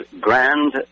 Grand